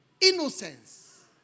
Innocence